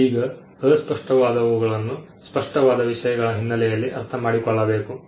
ಈಗ ಅಸ್ಪಷ್ಟವಾದವುಗಳನ್ನು ಸ್ಪಷ್ಟವಾದ ವಿಷಯಗಳ ಹಿನ್ನೆಲೆಯಲ್ಲಿ ಅರ್ಥಮಾಡಿಕೊಳ್ಳಬೇಕು